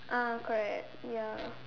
ah correct ya